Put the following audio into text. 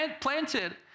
planted